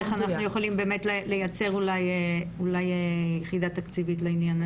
איך אנחנו יכולים באמת לייצר אולי יחידה תקציבית לעניין הזה.